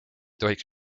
tohiks